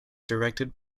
directed